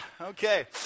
okay